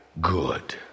good